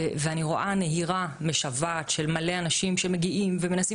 ואני רואה נהירה משוועת של מלא אנשים שמגיעים ומנסים